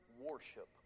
worship